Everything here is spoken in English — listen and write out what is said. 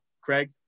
Craig